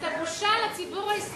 אתה בושה לציבור הישראלי,